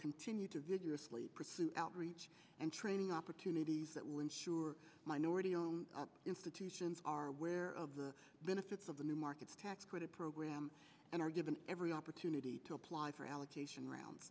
continue to vigorously pursue outreach and training opportunities that will ensure minority own institutions are aware of the benefits of the new markets tax credit program and are given every opportunity to apply for allocation around